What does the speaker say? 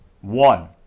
One